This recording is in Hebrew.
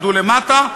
תרדו למטה,